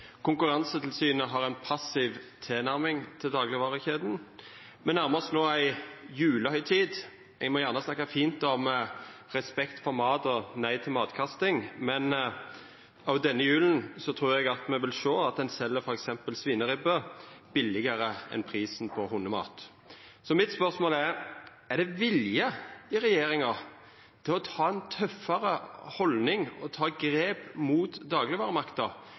Konkurransetilsynet har ein passiv tilnærming til daglegvarekjeda. No nærmar me oss ei julehøgtid, og ein må gjerne snakka fint om respekt for mat og nei til matkasting, men òg denne jula trur eg at me vil sjå at ein sel f.eks. svineribbe billegare enn hundemat. Så mitt spørsmål er: Er det vilje i regjeringa til å ta ei tøffare haldning og ta eit grep mot daglegvaremakta,